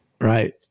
Right